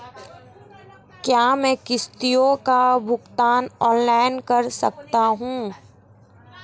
क्या मैं किश्तों का भुगतान ऑनलाइन कर सकता हूँ?